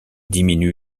diminue